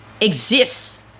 exists